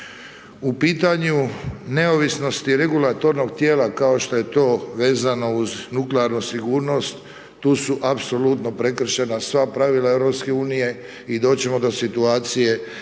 U pitanju neovisnosti regulatornog tijela kao što je to vezano uz nuklearnu sigurnost tu su apsolutno prekršena sva pravila EU i doći ćemo do situacije